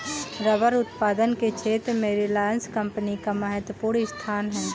rubber उत्पादन के क्षेत्र में रिलायंस कम्पनी का महत्त्वपूर्ण स्थान है